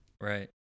Right